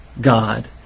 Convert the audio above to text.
God